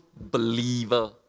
Believer